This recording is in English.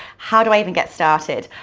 how do i even get started?